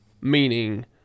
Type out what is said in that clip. Meaning